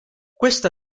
questa